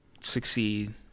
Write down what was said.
succeed